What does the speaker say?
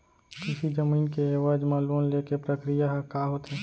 कृषि जमीन के एवज म लोन ले के प्रक्रिया ह का होथे?